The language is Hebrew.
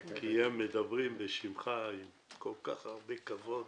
כי הם מדברים בשמך עם כל כך הרבה כבוד,